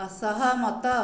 ଅସହମତ